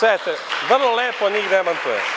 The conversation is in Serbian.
Vrlo lepo ih demantuje.